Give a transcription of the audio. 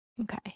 Okay